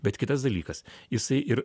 bet kitas dalykas jisai ir